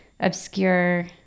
obscure